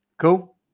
Cool